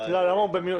ייבדק.